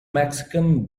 mexican